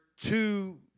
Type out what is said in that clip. two